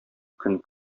көн